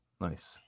Nice